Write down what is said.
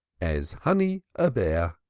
as honey a bear.